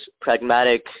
pragmatic